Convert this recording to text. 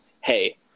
hey